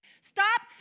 Stop